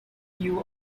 you